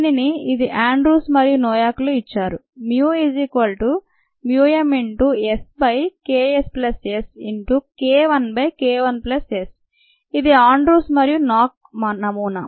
దీనిని ఇది ఆండ్రూస్ మరియు నోయాక్ లు ఇచ్చారు μmSKsS KIKIS ఇది ఆండ్రూస్ మరియు నాక్ నమూనా